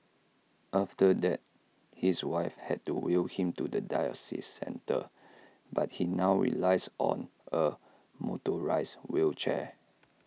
after that his wife had to wheel him to the dialysis centre but he now relies on A motorised wheelchair